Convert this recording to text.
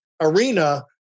arena